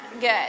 Good